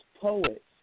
poets